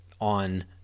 on